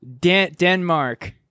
Denmark